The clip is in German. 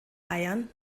eiern